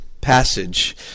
passage